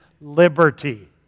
liberty